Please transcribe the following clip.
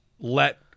let